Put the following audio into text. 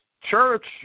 church